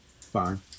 Fine